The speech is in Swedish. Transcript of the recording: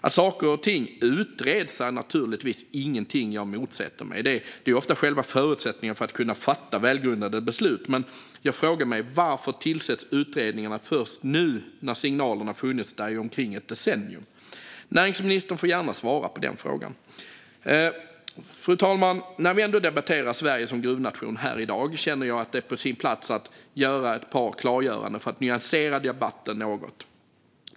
Att saker och ting utreds är naturligtvis ingenting jag motsätter mig - det är ofta själva förutsättningen för att man ska kunna fatta välgrundade beslut - men jag frågar mig varför utredningarna tillsätts först nu, när signalerna funnits där i omkring ett decennium. Näringsministern får gärna svara på den frågan. Fru talman! När vi ändå debatterar Sverige som gruvnation här i dag känner jag att det är på sin plats med ett par klargöranden för att nyansera debatten något.